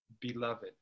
Beloved